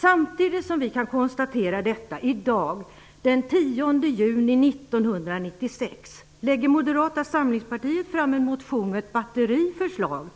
Samtidigt som vi i dag den 10 juni 1996 kan konstatera detta, lägger Moderata samlingspartiet fram en motion med ett batteri förslag